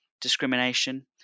discrimination